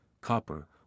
copper